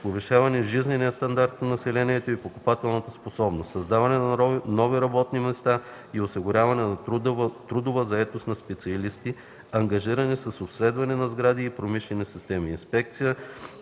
повишаване жизнения стандарт на населението и покупателната му способност; създаване на нови работни места и осигуряване на трудова заетост на специалисти, ангажирани с обследване на сгради и промишлени системи, инспекция